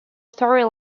story